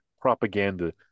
propaganda